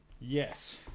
Yes